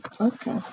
okay